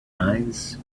eyes